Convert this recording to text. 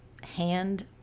hand